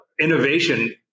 innovation